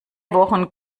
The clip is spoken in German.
wochen